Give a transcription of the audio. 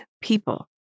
people